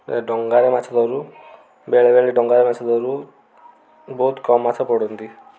ସେଇ ଡଙ୍ଗାରେ ମାଛ ଧରୁ ବେଳେ ବେଳେ ଡଙ୍ଗାରେ ମାଛ ଧରୁ ବହୁତ କମ୍ ମାଛ ପଡ଼ନ୍ତି